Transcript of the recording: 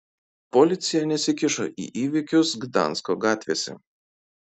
policija nesikišo į įvykius gdansko gatvėse